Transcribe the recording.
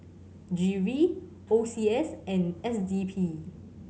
G V O C S and S D P